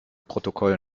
protokoll